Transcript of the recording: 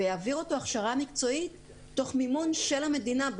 ויעביר אותו הכשרה מקצועית תוך מימון של המדינה.